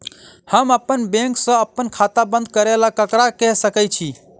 हम अप्पन बैंक सऽ अप्पन खाता बंद करै ला ककरा केह सकाई छी?